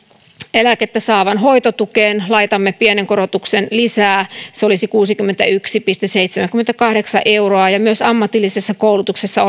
eläkettä saavan hoitotukeen laitamme pienen korotuksen lisää se olisi kuusikymmentäyksi pilkku seitsemänkymmentäkahdeksan euroa myös ammatillisessa kuntoutuksessa